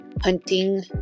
hunting